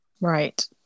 right